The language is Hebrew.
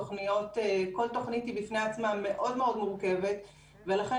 כל תוכנית היא פני עצמה מאוד מורכבת ולכן